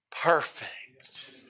perfect